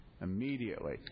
Immediately